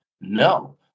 No